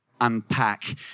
unpack